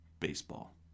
Baseball